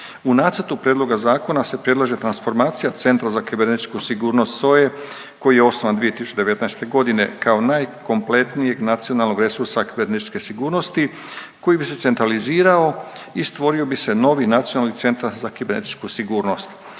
U nacrtu prijedloga zakona se predlaže transformacija Centra za kibernetičku sigurnost SOA-e koji je osnovan 2019.g. kao najkompletnijeg nacionalnog resursa kibernetičke sigurnosti koji bi se centralizirao i stvorio bi se novi nacionalni centar za kibernetičku sigurnost.